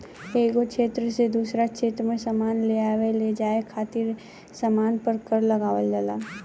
एगो क्षेत्र से दोसरा क्षेत्र में सामान लेआवे लेजाये खातिर सामान पर कर लगावल जाला